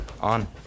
on